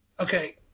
Okay